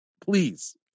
Please